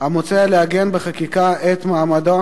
המוצע לעגן בחקיקה את מעמדו